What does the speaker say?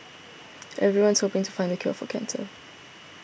everyone's hoping to find the cure for cancer